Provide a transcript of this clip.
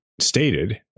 stated